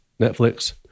netflix